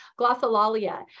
glossolalia